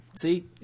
see